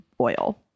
oil